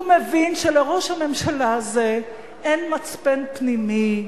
מבין שלראש הממשלה הזה אין מצפן פנימי,